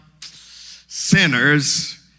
sinners